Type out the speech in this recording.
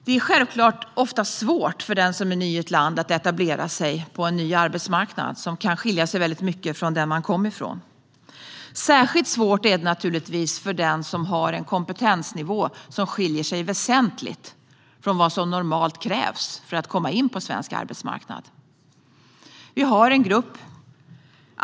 Det är självklart ofta svårt för den som är ny i ett land att etablera sig på en ny arbetsmarknad, som kan skilja sig väldigt mycket från den man kom ifrån. Särskilt svårt är det naturligtvis för den som har en kompetensnivå som skiljer sig väsentligt från vad som normalt krävs för att komma in på svensk arbetsmarknad. Vi har en grupp personer med kort utbildning.